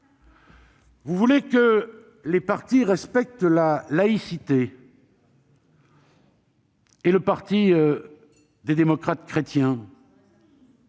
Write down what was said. Vous voulez que les partis respectent la laïcité. du parti des démocrates chrétiens,